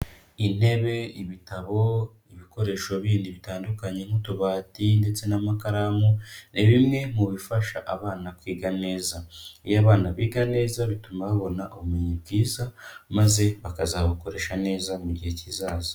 Intebe, ibitabo, ibikoresho bindi bitandukanye nk'utubati ndetse n'amakaramu, ni bimwe mu bifasha abana kwiga neza. Iyo abana biga neza bituma babona ubumenyi bwiza maze bakazabukoresha neza mu gihe kizaza.